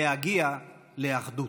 להגיע לאחדות.